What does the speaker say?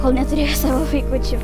kol neturėjo savo vaikučių